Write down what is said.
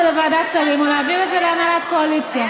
לוועדת שרים או להעביר את זה להנהלת קואליציה.